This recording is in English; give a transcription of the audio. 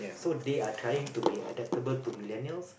so they are trying to be adaptable to Millenials